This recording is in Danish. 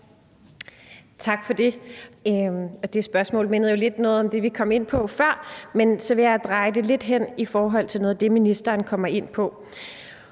Tak for det. Det spørgsmål mindede jo lidt om noget af det, vi kom ind på før, men jeg vil så dreje det lidt hen imod noget af det, ministeren kom ind på.